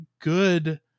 good